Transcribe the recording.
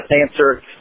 answer